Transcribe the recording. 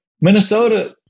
Minnesota